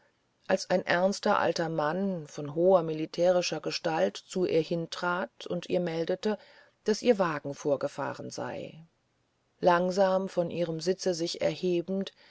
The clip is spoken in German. als ein ernster alter mann von hoher militärischer gestalt zu ihr hintrat und ihr meldete daß ihr wagen vorgefahren sei langsam von ihrem sitze sich erhebend